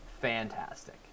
fantastic